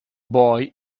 boy